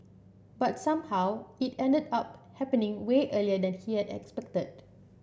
but somehow it ended up happening way earlier than he had expected